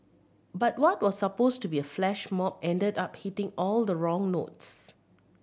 but what was supposed to be a flash mob ended up hitting all the wrong notes